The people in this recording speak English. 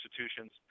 institutions